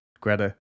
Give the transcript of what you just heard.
Greta